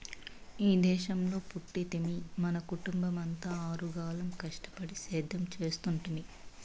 ఈ దేశంలో పుట్టితిమి మన కుటుంబమంతా ఆరుగాలం కష్టపడి సేద్యం చేస్తుంటిమి